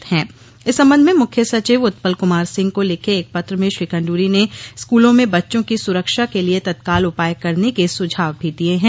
दिशा निर्देश जारी इस संबंध में मुख्य सचिव उत्पल कुमार सिंह को लिखे एक पत्र में श्री खंडूडी ने स्कूलों में बच्चों की सुरक्षा के लिए तत्काल उपाय करने के सुझाव भी दिए हैं